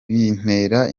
bintera